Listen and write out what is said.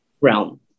realm